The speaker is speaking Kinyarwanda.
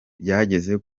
ryageze